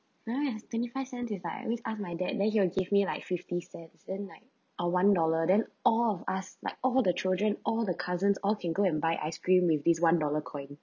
now is twenty five cents is like I always ask my dad then he will give me like fifty cents then like a one dollar then all of us like all the children all the cousins all can go and buy ice cream with these one dollar coin